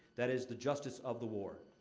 that is, the justice of the war.